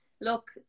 look